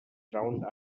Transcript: round